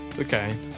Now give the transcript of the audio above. Okay